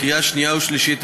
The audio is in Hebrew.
לקריאה שנייה ושלישית,